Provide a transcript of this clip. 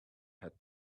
had